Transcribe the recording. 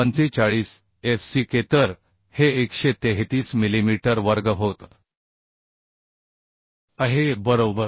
45 fck तर हे 133 millimetre वर्ग होत आहे बरोबर